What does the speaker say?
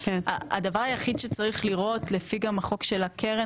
אני אגיד אולי הדבר היחיד שצריך לראות לפי גם החוק של הקרן,